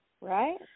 right